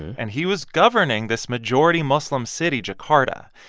and he was governing this majority-muslim city, jakarta.